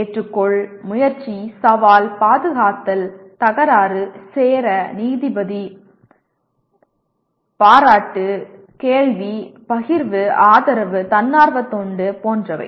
ஏற்றுக்கொள் முயற்சி சவால் பாதுகாத்தல் தகராறு சேர நீதிபதி பாராட்டு கேள்வி பகிர்வு ஆதரவு தன்னார்வத் தொண்டு போன்றவை